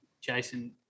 Jason